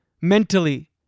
Mentally